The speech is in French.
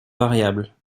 variables